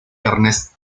ernest